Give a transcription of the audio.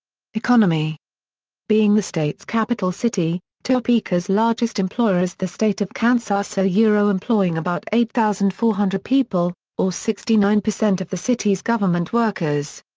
economy being the state's capital city, topeka's largest employer is the state of kansas ah so yeah employing about eight thousand four hundred people, or sixty nine percent of the city's government workers.